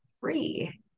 free